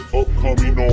upcoming